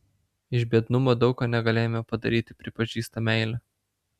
iš biednumo daug ko negalėjome padaryti pripažįsta meilė